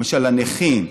למשל לנכים,